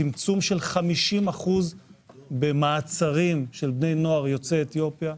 צמצום של 50% במעצרים של בני נוער יוצאי אתיופיה.